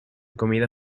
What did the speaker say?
comida